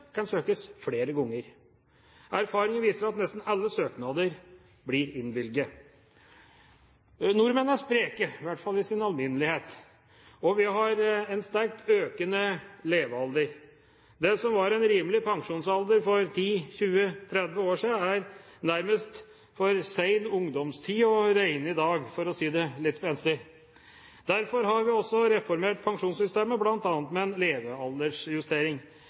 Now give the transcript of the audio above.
kan søkes flere ganger. Erfaring viser at nesten alle søknader blir innvilget. Nordmenn er spreke, i hvert fall i sin alminnelighet, og vi har en sterkt økende levealder. Det som var en rimelig pensjonsalder for 10, 20 og 30 år siden, er nærmest for sen ungdomstid å regne i dag, for å si det litt spenstig. Derfor har vi også reformert pensjonssystemet, bl.a. med levealdersjustering.